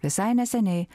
visai neseniai